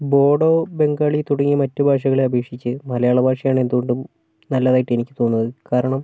ബോഡോ ബംഗാളി തുടങ്ങിയ മറ്റ് ഭാഷകളെ അപേക്ഷിച്ച് മലയാള ഭാഷയാണ് എന്തുകൊണ്ടും നല്ലതായിട്ട് എനിക്ക് തോന്നുന്നത് കാരണം